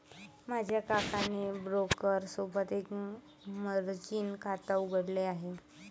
माझ्या काकाने ब्रोकर सोबत एक मर्जीन खाता उघडले आहे